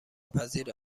پذیر